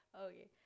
Okay